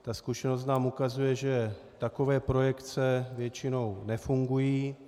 Tak zkušenost nám ukazuje, že takové projekce většinou nefungují.